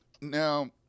Now –